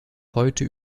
heute